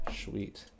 sweet